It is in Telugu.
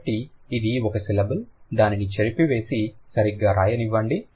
కాబట్టి అది ఒక సిలబుల్ దానిని చెరిపివేసి సరిగ్గా వ్రాయనివ్వండి